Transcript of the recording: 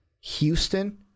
Houston